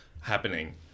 happening